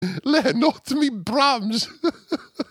להנות מבראמז!